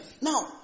Now